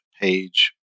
page